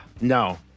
no